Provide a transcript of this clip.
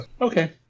Okay